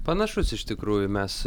panašus iš tikrųjų mes